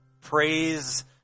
praise